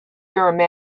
your